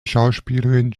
schauspielerin